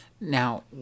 Now